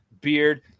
Beard